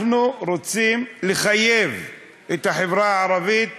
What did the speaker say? אנחנו רוצים לחייב את החברה הערבית